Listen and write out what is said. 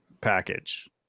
package